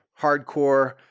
hardcore